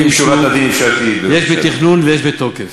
יש לי תכנון ויש בתוקף,